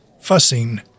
fussing